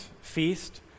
feast